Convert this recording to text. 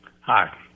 Hi